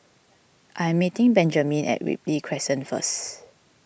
I am meeting Benjamine at Ripley Crescent first